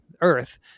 Earth